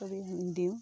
দিওঁ